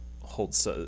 holds